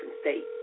state